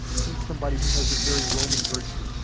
he's somebody who has this very roman virtue,